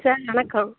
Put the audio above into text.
sir வணக்கம் கௌ